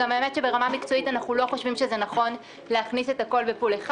האמת שברמה המקצועית אנחנו לא חושבים שזה נכון להכניס את הכול בפול אחד.